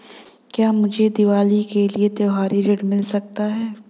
क्या मुझे दीवाली के लिए त्यौहारी ऋण मिल सकता है?